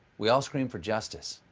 we all scream for justice.